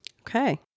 Okay